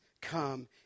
come